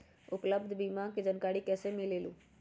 उपलब्ध बीमा के जानकारी कैसे मिलेलु?